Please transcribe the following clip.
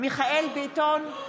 מיכאל מרדכי ביטון,